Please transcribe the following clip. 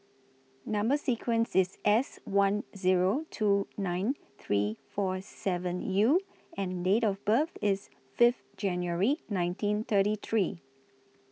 Number sequence IS S one Zero two nine three four seven U and Date of birth IS Fifth January nineteen thirty three